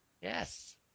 Yes